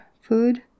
food